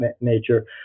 nature